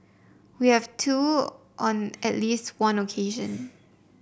we have too on at least one occasion